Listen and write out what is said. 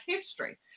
history